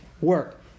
work